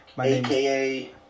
aka